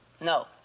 No